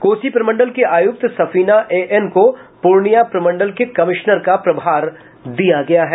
कोसी प्रमंडल की आयुक्त सफीना एएन को पूर्णिया प्रमंडल के कमिश्नर का प्रभार दिया गया है